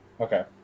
Okay